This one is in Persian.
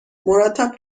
مرتب